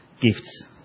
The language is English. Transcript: gifts